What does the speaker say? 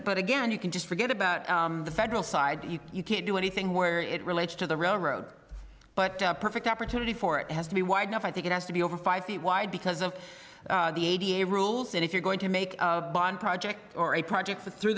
but again you can just forget about the federal side you can't do anything where it relates to the railroad but a perfect opportunity for it has to be wide enough i think it has to be over five feet wide because of the a t m rules and if you're going to make project or a project through